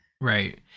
Right